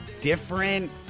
different